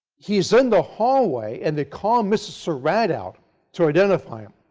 he is in the hallway and they call mrs. surratt out to identify him,